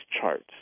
charts